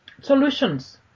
solutions